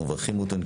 אנחנו מברכים אותם,